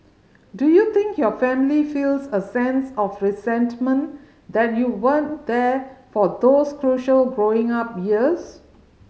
do you think your family feels a sense of resentment that you weren't there for those crucial growing up years